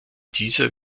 dieser